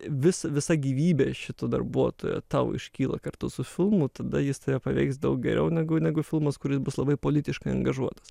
vis visa gyvybė šito darbuotojo tau iškyla kartu su filmu tada jis tave paveiks daug geriau negu negu filmas kuris bus labai politiškai angažuotas